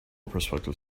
prospective